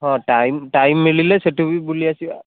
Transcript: ହଁ time time ମିଳିଲେ ସେଠୁ ବି ବୁଲି ଆସିବା